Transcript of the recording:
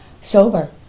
sober